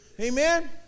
Amen